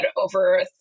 over